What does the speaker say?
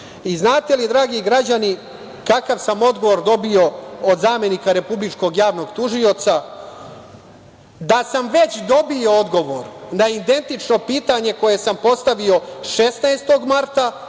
Znate li, dragi građani, kakav sam odgovor dobio od zamenika Republičkog javnog tužioca? Da sam već dobio odgovor na identično pitanje koje sam postavio 16. marta